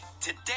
Today